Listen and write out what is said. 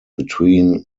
between